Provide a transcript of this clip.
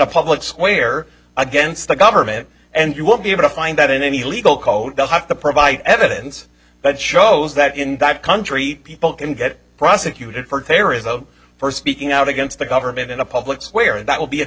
public square against the government and you won't be able to find that in any legal code i have to provide evidence that shows that in that country people can get prosecuted for terrorism first speaking out against the government in a public square and that will be an